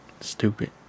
stupid